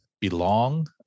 belong